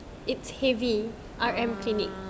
it's heavy R_M clinic